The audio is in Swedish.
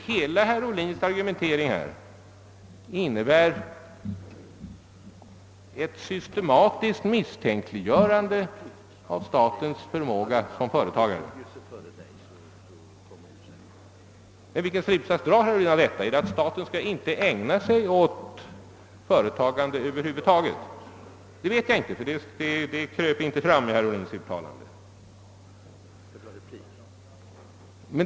Hela hans argumentering innebär ett systematiskt misstänkliggörande av statens förmåga som företagare. Vilka slutsatser drar herr Ohlin av detta? Är det att staten inte skall ägna sig åt företagande över huvud taget? Jag vet inte om så är fallet, ty det framgick inte av herr Ohlins uttalande.